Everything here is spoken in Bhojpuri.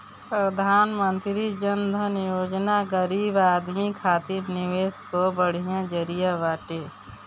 प्रधानमंत्री जन धन योजना गरीब आदमी खातिर निवेश कअ बढ़िया जरिया बाटे